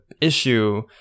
issue